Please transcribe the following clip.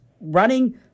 running